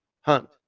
hunt